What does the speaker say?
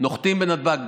נוחתים בנתב"ג,